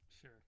Sure